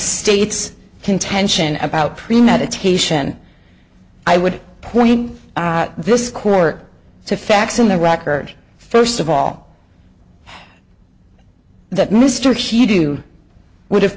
state's contention about premeditation i would point out this court to facts in the record first of all that mr she do would